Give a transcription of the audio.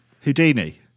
Houdini